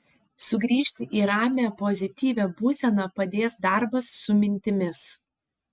sugrįžti į ramią pozityvią būseną padės darbas su mintimis